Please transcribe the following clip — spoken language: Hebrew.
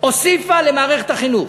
הוסיפה למערכת החינוך,